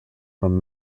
from